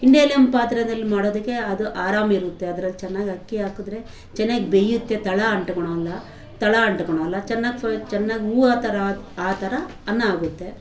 ಇಂಡ್ಯಾಲಿಮ್ ಪಾತ್ರೆದಲ್ಲಿ ಮಾಡೋದಕ್ಕೆ ಅದು ಆರಾಮ್ ಇರುತ್ತೆ ಅದ್ರಲ್ಲಿ ಚೆನ್ನಾಗ್ ಅಕ್ಕಿ ಹಾಕದ್ರೆ ಚೆನ್ನಾಗ್ ಬೇಯುತ್ತೆ ತಳ ಅಂಟ್ಕೊಳಲ್ಲ ತಳ ಅಂಟ್ಕೊಳಲ್ಲ ಚೆನ್ನಾಗ್ ಫ ಚೆನ್ನಾಗ್ ಹೂವು ಥರ ಆ ಆ ಥರ ಅನ್ನ ಆಗುತ್ತೆ